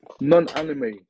non-anime